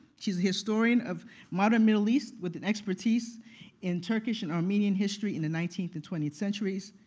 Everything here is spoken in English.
she's a historian of modern middle east with an expertise in turkish and armenian history in the nineteenth and twentieth centuries.